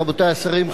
רבותי השרים,